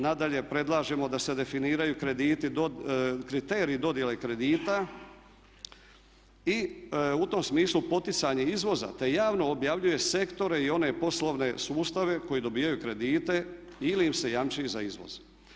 Nadalje predlažemo da se definiraju krediti, kriteriji dodjele kredita i u tom smislu poticanje izvoza, te javno objavljuje sektore i one poslovne sustave koji dobijaju kredite ili im se jamči za izvoz.